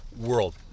world